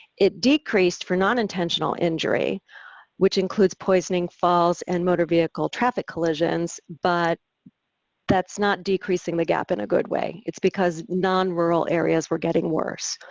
it decreased for non-intentional injury which includes poisoning, falls, and motor vehicle traffic collisions, but that's not decreasing the gap in a good way. it's because nonrural areas were getting worse.